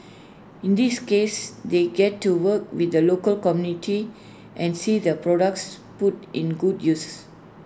in this case they get to work with the local community and see their products put in good uses